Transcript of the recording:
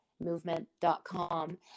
movement.com